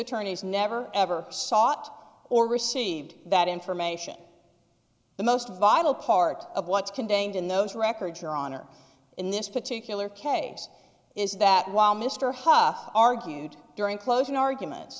attorneys never ever sought or received that information the most vital part of what's contained in those records your honor in this particular case is that while mr hough argued during closing argument